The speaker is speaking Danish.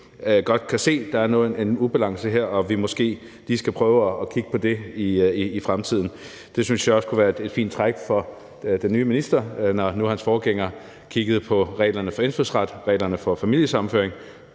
godt kan se, at der er en ubalance her, og at vi måske lige skal prøve at kigge på det i fremtiden. Det synes jeg også kunne være et fint træk fra den nye minister, når nu hans forgænger kiggede på reglerne for indfødsret, reglerne for familiesammenføring